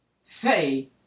say